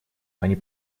они